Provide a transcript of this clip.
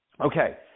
Okay